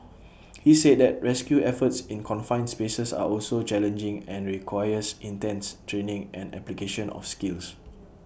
he said that rescue efforts in confined spaces are also challenging and requires intense training and application of skills